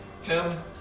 Tim